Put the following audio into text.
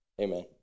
Amen